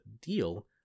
deal